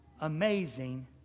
amazing